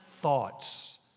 thoughts